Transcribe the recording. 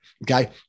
Okay